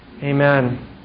Amen